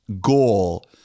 goal